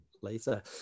later